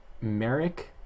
Merrick